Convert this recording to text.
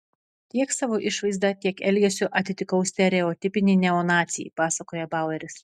tiek savo išvaizda tiek elgesiu atitikau stereotipinį neonacį pasakoja baueris